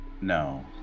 No